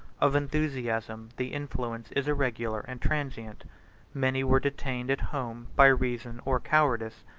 of enthusiasm the influence is irregular and transient many were detained at home by reason or cowardice,